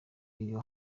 iyo